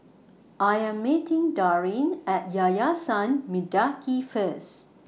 I Am meeting Darin At Yayasan Mendaki First